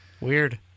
Weird